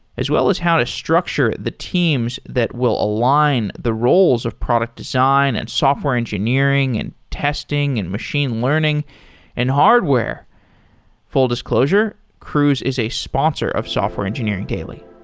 as well as how to structure the teams that will align the roles of product design and software engineering and testing and machine learning and hardware full disclosure, cruise is a sponsor of software engineering daily